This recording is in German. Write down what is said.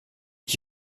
ich